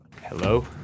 Hello